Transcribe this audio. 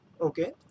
okay